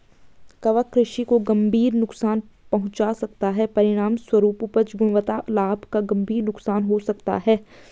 कवक कृषि को गंभीर नुकसान पहुंचा सकता है, परिणामस्वरूप उपज, गुणवत्ता, लाभ का गंभीर नुकसान हो सकता है